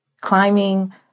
climbing